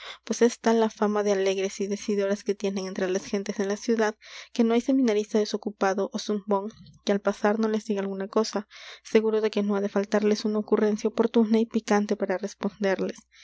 pues es tal la fama de alegres y decidoras que tienen entre las gentes de la ciudad que no hay seminarista desocupado ó zumbón que al pasar no les diga alguna cosa seguro de que no ha de faltarles una ocurrencia oportuna y picante para responderles